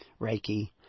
Reiki